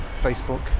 Facebook